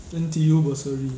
N_T_U bursary